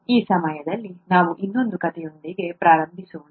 ಈ ಸಮಯದಲ್ಲಿ ನಾವು ಇನ್ನೊಂದು ಕಥೆಯೊಂದಿಗೆ ಪ್ರಾರಂಭಿಸೋಣ